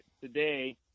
today